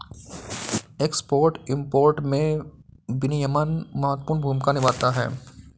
export import में विनियमन महत्वपूर्ण भूमिका निभाता है